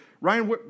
Ryan